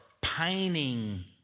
pining